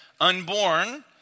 unborn